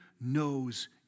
knows